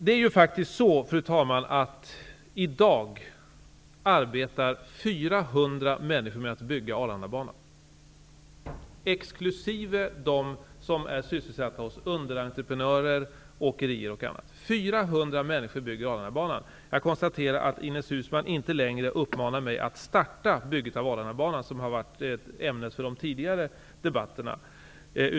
Det är faktiskt så, fru talman, att 400 människor för närvarande arbetar med att bygga Arlandabanan, exkl. dem som är sysselsatta hos underentreprenörer, åkerier osv. Jag konstaterar att Ines Uusmann inte längre uppmanar mig att starta byggandet av Arlandabanan, vilket har varit ämnet för de tidigare debatterna.